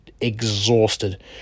exhausted